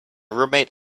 roommate